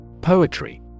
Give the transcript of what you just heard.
Poetry